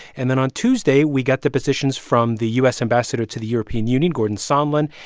and then on tuesday, we got depositions from the u s. ambassador to the european union, gordon sondland,